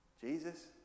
Jesus